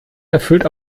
erfüllt